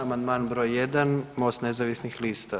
Amandman br. 1 Most nezavisnih lista.